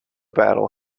battle